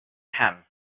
him